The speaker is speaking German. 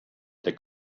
der